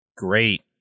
great